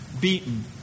beaten